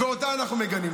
ואותה אנחנו מגנים.